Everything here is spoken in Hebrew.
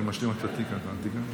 אני משלים את ה"תיק קטן".